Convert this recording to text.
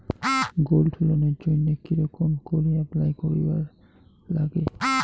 Gold লোনের জইন্যে কি রকম করি অ্যাপ্লাই করিবার লাগে?